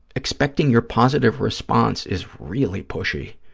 expecting your positive response is really pushy.